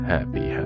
Happy